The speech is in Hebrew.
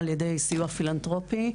על-ידי סיוע פילנטרופי,